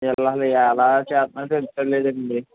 వీళ్ళు అసలు ఎలా చేస్తున్నారో తెలుస్తలేదండి